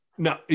No